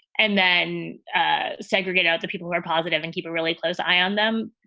and then ah segregate out the people who are positive and keep a really close eye on them.